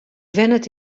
wennet